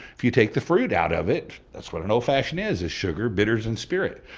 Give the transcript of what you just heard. if you take the fruit out of it, that's what an old-fashioned is is sugar, bitters and spirit.